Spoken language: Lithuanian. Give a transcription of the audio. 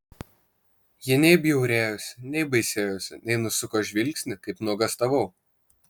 ji nei bjaurėjosi nei baisėjosi nei nusuko žvilgsnį kaip nuogąstavau